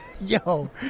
Yo